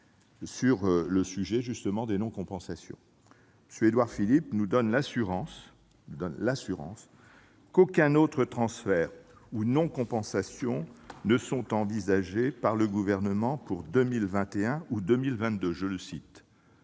sur le sujet des non-compensations. M. Édouard Philippe nous donne l'assurance « qu'aucun autre transfert ou non-compensation n'est envisagé par le Gouvernement pour 2021 ou 2022 ». Nous en